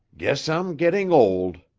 guess i'm getting old,